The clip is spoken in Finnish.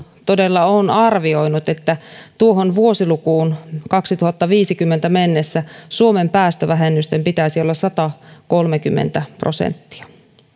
todella on arvioinut että tuohon vuosilukuun kaksituhattaviisikymmentä mennessä suomen päästövähennysten pitäisi olla satakolmekymmentä prosenttia